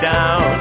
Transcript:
Down